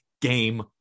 game